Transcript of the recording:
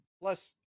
Plus